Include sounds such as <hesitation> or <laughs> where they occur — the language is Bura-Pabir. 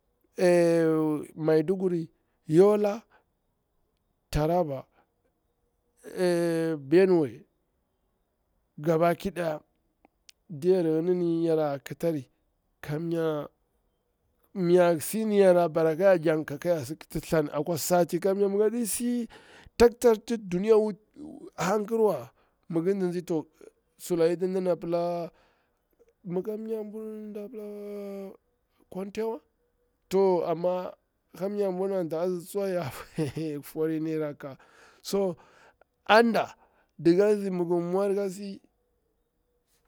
<hesitation> maiduguri, yola, taraba <hesitation> benue gabaki daya yora ki tari kamya mi yor sini yara bara ka yar jakti ka kayar si ƙiti thlami akwa sati, kamnya mi gaɗi si taktar ti duniya wuting wa hankir wa, mi ngir nzi nzi to sulaka ɗiti nɗana pila mi ka mnya buru na pila kwan tee wa, to amma ka mnya anti azi tsuwa ya <laughs> fori ni rakka, gto so aɗa daga azi gir mwa ka si.